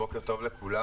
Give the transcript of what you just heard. בוקר טוב לכולם.